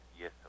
yes